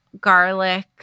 garlic